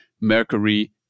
Mercury